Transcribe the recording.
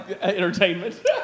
entertainment